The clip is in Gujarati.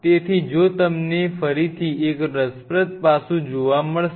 તેથી જો તમને ફરીથી એક રસપ્રદ પાસું જોવા મળશે